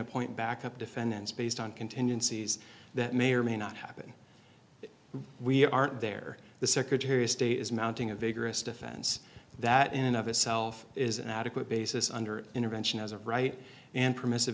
a point back up defense based on contingencies that may or may not happen we aren't there the secretary of state is mounting a vigorous defense that in and of itself is an adequate basis under intervention as of right and permissive